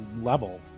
Level